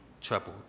troubled